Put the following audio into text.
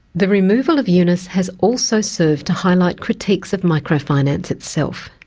the removal of yunus has also served to highlight critiques of microfinance itself,